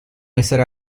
essere